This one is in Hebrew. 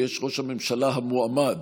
ויש ראש הממשלה המועמד,